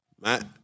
Matt